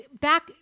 back